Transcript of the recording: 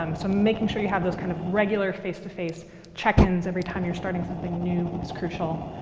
um so making sure you have those kind of regular face-to-face check-ins every time you're starting something new is crucial.